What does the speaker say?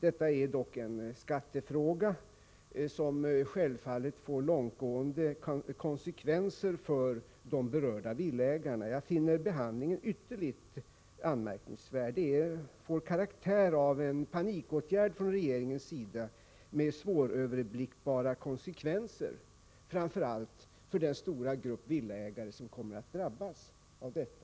Detta är dock en skattefråga, som självfallet får långtgående konsekvenser för de berörda villaägarna. Jag finner behandlingen ytterligt anmärkningsvärd. Den får karaktären av en panikåtgärd från regeringens sida med svåröverblickbara konsekvenser framför allt för den stora grupp villaägare som kommer att drabbas av detta.